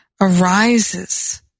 arises